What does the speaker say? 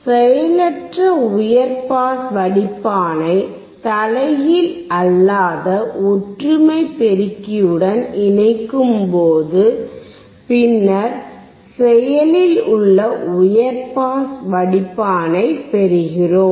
செயலற்ற உயர் பாஸ் வடிப்பானை தலைகீழ் அல்லாத ஒற்றுமை பெருக்கியுடன் இணைக்கும்போது பின்னர் செயலில் உள்ள உயர் பாஸ் வடிப்பானைப் பெறுகிறோம்